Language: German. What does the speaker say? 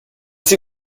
sie